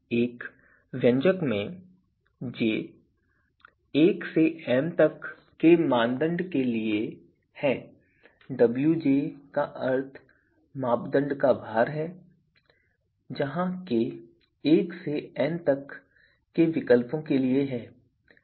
इस व्यंजक में j 1 से m तक के मानदंड के लिए है wj का अर्थ मापदंड भार है जहां k 1 से n तक के विकल्पों के लिए है